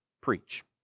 preach